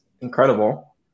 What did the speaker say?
incredible